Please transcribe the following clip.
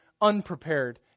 unprepared